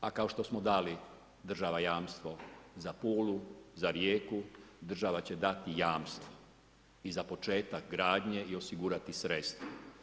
A kao što smo dali država jamstvo za Puli, za Rijeku, država će dati jamstvo i za početak gradnje i osigurati sredstvo.